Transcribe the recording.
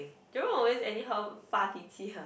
Jerome always anyhow Fa Pi Qi one